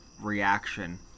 reaction